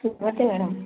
नमस्ते मैडम